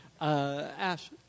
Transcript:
Ash